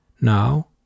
Now